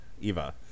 Eva